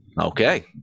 Okay